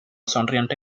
sonriente